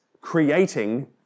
creating